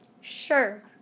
Sure